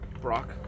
Brock